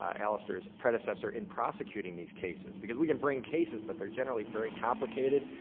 ah allister's predecessor in prosecuting these cases, because we can bring cases, but they're generally very complicated,